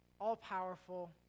all-powerful